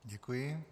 Děkuji.